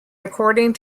according